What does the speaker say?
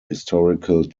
historical